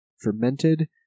Fermented